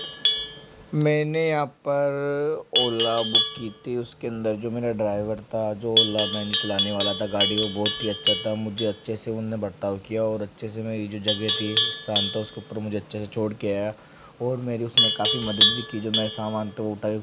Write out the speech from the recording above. मैंने ऐप पर ओला बुक की थी उसके अंदर जो मेरा ड्राइवर था जो ओला मेन जो चलाने वाला था गाड़ी वो बहुत ही अच्छा था मुझे अच्छे से उसने बर्ताव किया और अच्छे से मेरी जो जगह थी स्थान था उसके ऊपर मुझे अच्छे से छोड़ कर आया और मेरी उसने काफी मदद भी की जो मेरा सामान था वो उठाया ख़ुद रख